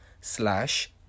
slash